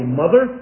mother